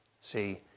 See